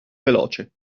veloce